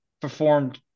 performed